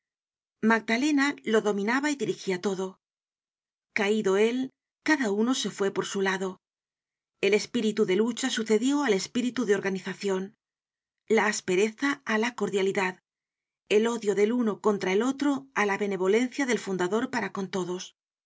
magdalena lo dominaba y dirigia todo caido él cada uno se fué por su lado el espíritu de lucha sucedió al espíritu de organizacion la aspereza á la cordialidad el odio del uno contra el otro á la benevolencia del fundador para con todos